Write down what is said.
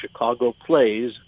ChicagoPlays